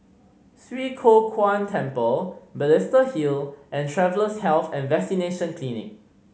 Swee Kow Kuan Temple Balestier Hill and Travellers' Health and Vaccination Clinic